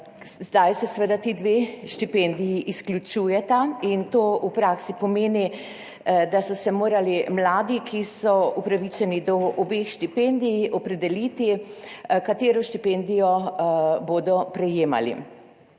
Zdaj se seveda ti dve štipendiji izključujeta in to v praksi pomeni, da so se morali mladi, ki so upravičeni do obeh štipendij, opredeliti, katero štipendijo bodo prejemali.